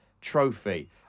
trophy